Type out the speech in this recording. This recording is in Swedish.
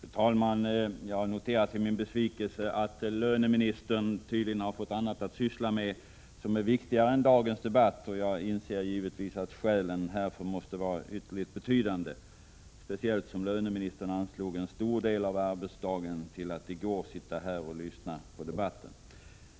Fru talman! Jag har till min besvikelse noterat att löneministern tydligen har fått annat att sysselsätta sig med som är viktigare än dagens debatt. Jag inser givetvis att skälen härför måste vara ytterst betydande, särskilt som löneministern anslog en stor del av gårdagens arbetsdag till att lyssna på den allmänpolitiska debatten.